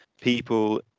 people